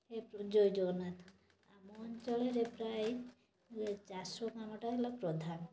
ହେ ପ୍ରଭୁ ଜୟ ଜଗନ୍ନାଥ ଆମ ଅଞ୍ଚଳରେ ପ୍ରାୟ ଇଏ ଚାଷ କାମଟା ହେଲା ପ୍ରଧାନ